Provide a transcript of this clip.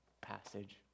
passage